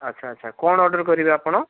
ଆଚ୍ଛା ଆଚ୍ଛା କ'ଣ ଅର୍ଡ଼ର କରିବେ ଆପଣ